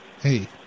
Hey